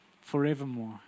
forevermore